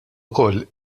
ukoll